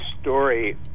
story